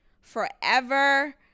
forever